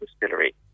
distillery